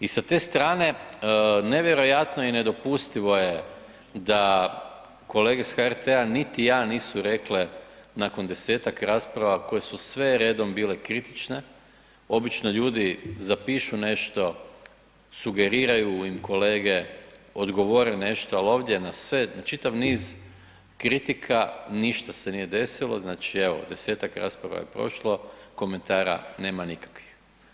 I sa te strane nevjerojatno je i nedopustivo je da kolege s HRT-a niti „a“ nisu rekle nakon desetak rasprave koje su sve redom bile kritične, obično ljudi zapišu nešto, sugeriraju im kolege, odgovore nešto ali ovdje na sve, na čitav niz kritika, ništa se nije desilo, znači evo desetak rasprava je prošlo, komentara nema nikakvih.